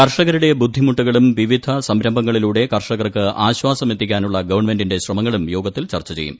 കർഷകരുടെ ബുദ്ധിമുട്ടുകളും വിവിധ സംരംഭങ്ങളിലൂടെ കർഷകർക്ക് ആശ്വാസമെത്തിക്കാനുള്ള ഗവൺമെന്റിന്റെ ശ്രമങ്ങളും യോഗത്തിൽ ചർച്ച ചെയ്യും